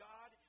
God